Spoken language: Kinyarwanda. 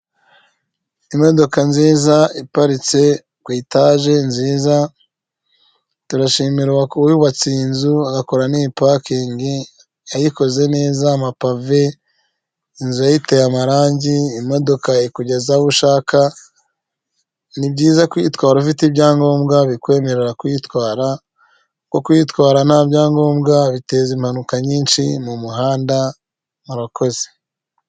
Imodoka nziza iparitse ku itage nziza turashimira wubatse iyi nzu agakora niyi pakingi yayikoze neza amapave inzu iteye amarangi imodoka ikugeza aho ushaka ni byiza kwitwara ufite ibyangombwa bikwemerera kuyitwara kuyitwara nta byangombwa biteza impanuka nyinshi mu muhanda murakoze.